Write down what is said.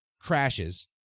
crashes